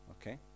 okay